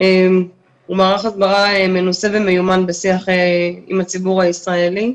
הוא מערך הסברה מנוסה ומיומן בשיח עם הציבור הישראלי,